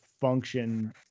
function